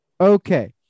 okay